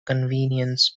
convenience